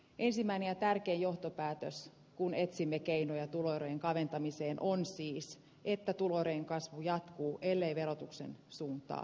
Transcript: ensimmäinen tärkeä johtopäätös kun etsimme keinoja tuloerojen kaventamiseen on siis että tuloerojen kasvu jatkuu ellei verotuksen suunta